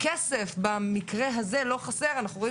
כסף במקרה הזה לא חסר כי אנחנו רואים